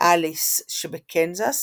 באליס שבקנזס